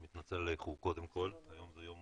אני מתנצל על האיחור קודם כל, היום זה יום